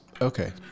Okay